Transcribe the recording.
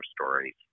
stories